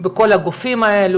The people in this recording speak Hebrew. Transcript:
בכל הגופים האלה,